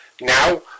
Now